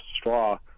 straw